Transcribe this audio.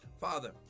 Father